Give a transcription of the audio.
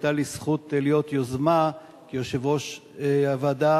שהיתה לי זכות להיות יוזמה כיושב-ראש הוועדה